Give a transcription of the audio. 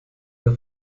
der